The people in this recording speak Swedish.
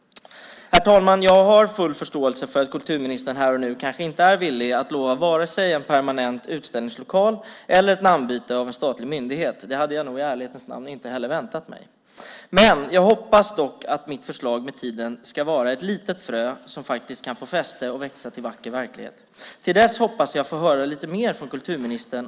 Herr talman! Jag har full förståelse för att kulturministern här och nu kanske inte är villig att lova vare sig en permanent utställningslokal eller ett namnbyte för en statlig myndighet. Det hade jag nog i ärlighetens namn inte heller väntat mig. Jag hoppas dock att mitt förslag med tiden ska vara ett litet frö som kan få fäste och växa till vacker verklighet. Till dess hoppas jag att få höra lite mer från kulturministern.